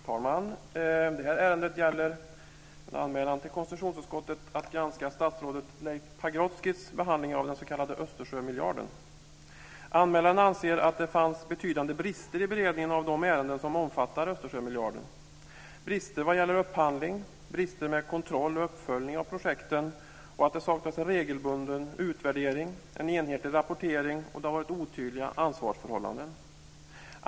Herr talman! Detta ärende gäller anmälan till konstitutionsutskottet att granska statsrådet Leif Pagrotskys behandling av den s.k. Östersjömiljarden. Anmälaren anser att det fanns betydande brister i beredningen av de ärenden som omfattar Östersjömiljarden. Det var brister vad gäller upphandling och brister i kontroll och uppföljning av projekten. Anmälaren anser att det saknas en regelbunden utvärdering och en enhetlig rapportering och att det har varit otydliga ansvarsförhållanden.